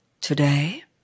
Today